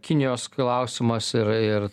kinijos klausimas ir ir